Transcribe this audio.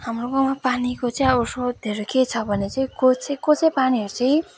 हाम्रो गाउँमा पानीको चाहिँ अब स्रोतहरू के छ भने चाहिँ कसै कसै पानीहरू चाहिँ